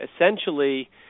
essentially